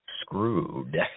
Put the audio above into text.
screwed